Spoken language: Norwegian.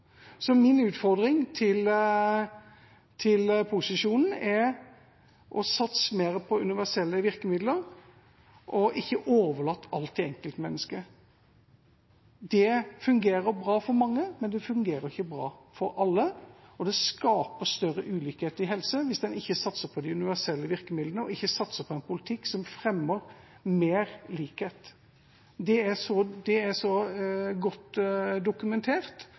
Så min utfordring til posisjonen er å satse mer på universelle virkemidler – ikke overlate alt til enkeltmennesket. Det fungerer bra for mange, men det fungerer ikke bra for alle. Det skaper større ulikhet i helse hvis man ikke satser på de universelle virkemidlene og ikke satser på en politikk som fremmer mer likhet. Det er så godt dokumentert